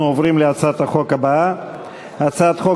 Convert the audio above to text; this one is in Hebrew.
אנחנו עוברים להצעת החוק הבאה: הצעת חוק